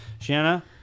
shanna